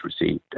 received